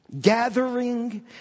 Gathering